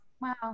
wow